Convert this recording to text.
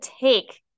take